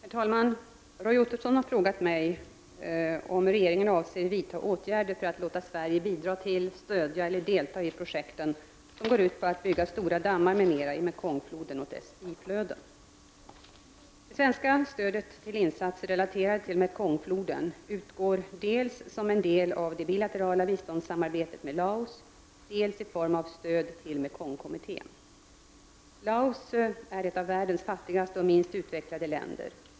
Herr talman! Roy Ottosson har frågat mig om regeringen avser vidta åtgärder för att låta Sverige bidra till, stödja eller delta i projekten som går ut på att bygga stora dammar m.m. i Mekongfloden och dess biflöden. Det svenska stödet till insatser relaterade till Mekongfloden utgår dels som en del av det bilaterala biståndssamarbetet med Laos, dels i form av stöd till Mekongkommittén. Laos är ett av världens fattigaste och minst utvecklade länder.